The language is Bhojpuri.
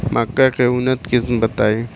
मक्का के उन्नत किस्म बताई?